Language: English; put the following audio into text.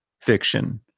fiction